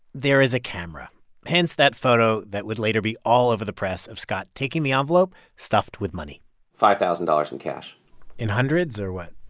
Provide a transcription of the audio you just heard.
there is a camera hence, that photo that would later be all over the press of scott taking the envelope stuffed with money five thousand dollars in cash in hundreds or what?